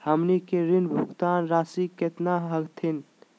हमनी के ऋण भुगतान रासी केतना हखिन?